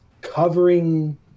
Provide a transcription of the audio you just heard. covering